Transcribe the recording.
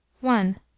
one